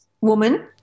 woman